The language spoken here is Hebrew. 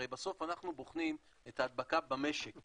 הרי בסוף אנחנו בוחנים את ההדבקה במשק,